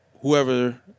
whoever